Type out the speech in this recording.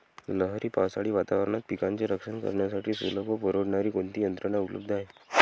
लहरी पावसाळी वातावरणात पिकांचे रक्षण करण्यासाठी सुलभ व परवडणारी कोणती यंत्रणा उपलब्ध आहे?